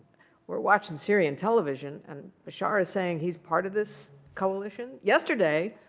we're watching syrian television, and bashar is saying he's part of this coalition? yesterday,